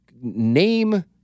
Name